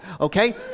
okay